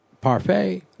parfait